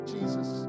Jesus